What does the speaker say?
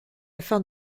afin